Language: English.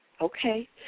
Okay